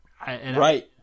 Right